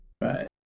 Right